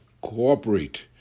cooperate